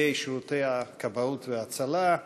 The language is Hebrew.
נציגי שירותי הכבאות וההצלה.